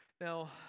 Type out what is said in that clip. Now